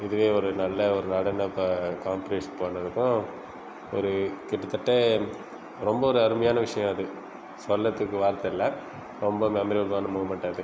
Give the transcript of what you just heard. இதுவே ஒரு நல்ல ஒரு நடன காம்ப்ட்டிஷ் பண்ணதுக்கும் ஒரு கிட்டத்தட்ட ரொம்ப ஒரு அருமையான விஷயோ அது சொல்லதுக்கு வார்த்தை இல்லை ரொம்ப மெமரபிலான மூமெண்ட் அது